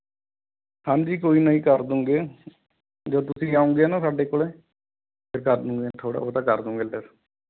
ਹਾਂਜੀ ਕੋਈ ਨਾ ਜੀ ਕਰ ਦੂੰਗੇ ਜਦੋਂ ਤੁਸੀਂ ਆਉਂਗੇ ਨਾ ਸਾਡੇ ਕੋਲ ਫੇਰ ਕਰ ਦੂੰਗੇ ਥੋੜ੍ਹਾ ਬਹੁਤ ਕਰ ਦੂੰਗੇ ਲੈੱਸ